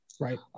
Right